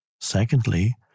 Secondly